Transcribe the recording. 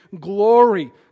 glory